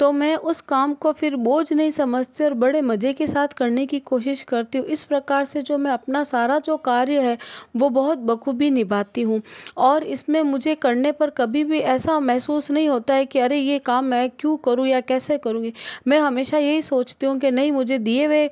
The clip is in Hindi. तो मैं उस काम को फिर बोझ नहीं समझती और बड़े मज़े के साथ करने की कोशिश करती हूँ इस प्रकार से जो मैं अपना सारा जो कार्य है वो बहुत बख़ूबी निभाती हूँ और इसमें मुझे करने पर कभी भी ऐसा महसूस नहीं होता है कि अरे ये काम मैं क्यों करूँ या कैसे करूँगी मैं हमेशाा यही सोचती हूँ कि नहीं मुझे दिए हुए